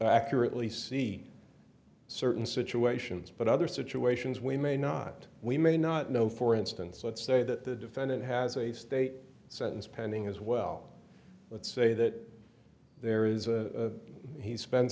accurately see certain situations but other situations we may not we may not know for instance let's say that the defendant has a state sentence pending as well let's say that there is a he spen